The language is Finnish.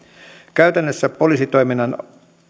käytännössä poliisitoiminnan